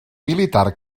militar